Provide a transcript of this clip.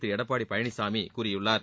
திரு எடப்பாடி பழனிசாமி கூறியுள்ளார்